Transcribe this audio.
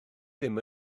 ddim